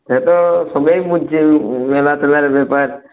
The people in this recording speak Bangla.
সে তো সবই বুঝছি মেলা টেলার বেপার